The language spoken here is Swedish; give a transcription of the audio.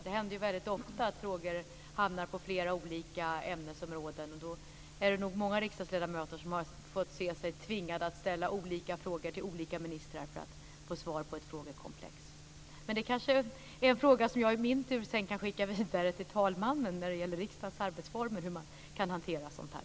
Det händer väldigt ofta att frågor gäller flera olika ämnesområden, och då är det nog många riksdagsledamöter som har fått se sig tvingade att ställa olika frågor till olika ministrar för att få svar på ett frågekomplex. Men det kanske är en fråga som jag i min tur sedan kan skicka vidare till talmannen, eftersom det gäller riksdagens arbetsformer och hur man kan hantera sådant här.